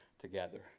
together